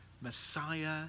messiah